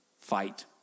Fight